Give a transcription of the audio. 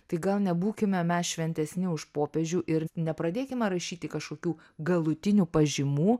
tai gal nebūkime mes šventesni už popiežių ir nepradėkime rašyti kažkokių galutinių pažymų